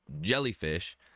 jellyfish